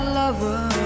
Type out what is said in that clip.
lover